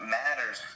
matters